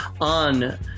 on